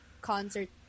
concert